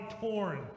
torn